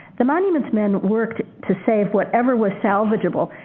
the monuments men worked to save whatever was salvageable,